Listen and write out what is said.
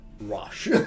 rush